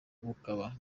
bukaba